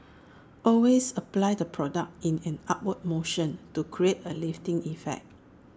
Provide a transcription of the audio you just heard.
always apply the product in an upward motion to create A lifting effect